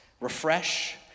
refresh